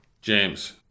James